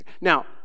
Now